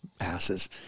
asses